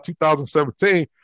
2017